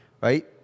right